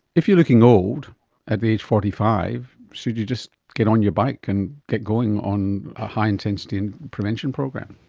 if you're looking old at age forty five, should you just get on your bike and get going on a high intensity and prevention program?